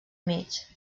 mig